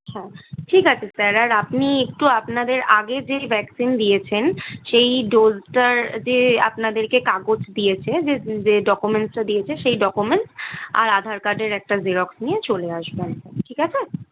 হ্যাঁ ঠিক আছে স্যার আর আপনি একটু আপনাদের আগের যেই ভ্যাকসিন দিয়েছেন সেই ডোজটার যে আপনাদেরকে কাগজ দিয়েছে যে যে ডকুমেন্টসটা দিয়েছে সেই ডকুমেন্টস আর আধার কাডের একটা জেরক্স নিয়ে চলে আসবেন ঠিক আছে